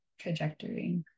trajectory